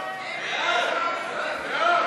סעיף תקציבי 01, נשיא המדינה